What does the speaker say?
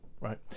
right